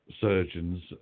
surgeons